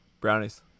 Brownies